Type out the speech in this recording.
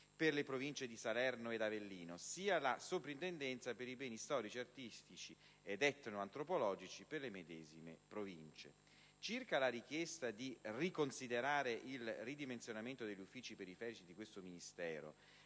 per le Province di Salerno ed Avellino, sia la Soprintendenza per i beni storici, artistici ed etnoantropologici per le medesime Province. Circa la richiesta di riconsiderare il ridimensionamento degli uffici periferici di questo Ministero,